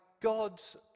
God's